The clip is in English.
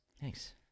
thanks